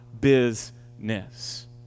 business